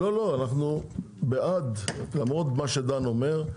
לא לא אנחנו בעד, למרות מה שדן אומר,